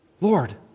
Lord